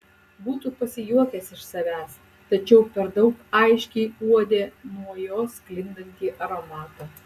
būtų pasijuokęs iš savęs tačiau per daug aiškiai uodė nuo jos sklindantį aromatą